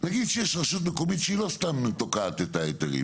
נגיד שיש רשות מקומית שהיא לא סתם תוקעת את ההיתרים,